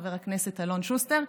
חבר הכנסת אלון שוסטר,